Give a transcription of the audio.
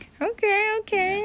okay okay